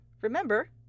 remember